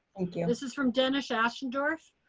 thank you. this is from dennis ashendorf.